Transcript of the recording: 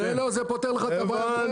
זה פותר לך את הבעיה.